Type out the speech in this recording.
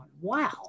wow